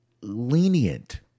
Lenient